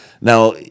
Now